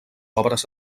obres